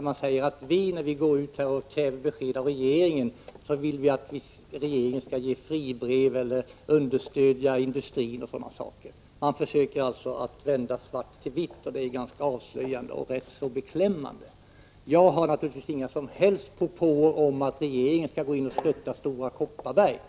Man säger att vi, när vi kräver besked av regeringen, vill att regeringen skall ge fribrev eller understödja industrin och annat sådant. Man försöker vända svart till vitt, och det är ganska avslöjande och rätt så beklämmande. Jag har naturligtvis inga som helst propåer om att regeringen skall gå in och stötta Stora Kopparberg.